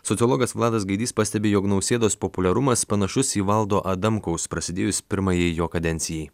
sociologas vladas gaidys pastebi jog nausėdos populiarumas panašus į valdo adamkaus prasidėjus pirmajai jo kadencijai